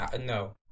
no